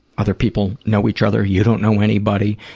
other people know each other. you don't know anybody,